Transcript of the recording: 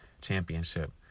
championship